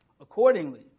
Accordingly